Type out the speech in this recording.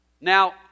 Now